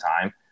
time